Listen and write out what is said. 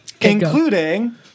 Including